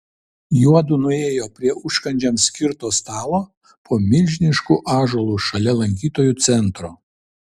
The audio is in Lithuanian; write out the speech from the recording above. juodu nuėjo prie užkandžiams skirto stalo po milžinišku ąžuolu šalia lankytojų centro